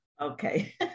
Okay